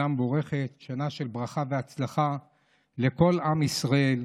שנה מבורכת, שנה של ברכה והצלחה לכל עם ישראל,